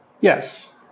Yes